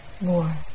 more